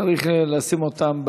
צריך לשים אותם,